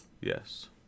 Yes